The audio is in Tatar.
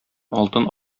алтын